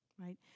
Right